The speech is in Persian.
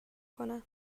کنم